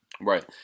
right